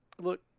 Look